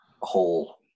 whole